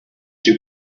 you